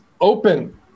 open